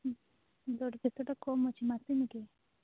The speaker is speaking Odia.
ବ୍ଲଡ଼୍ ପ୍ରେସର୍ଟା କମ୍ ଅଛି ମାପିନୁ କି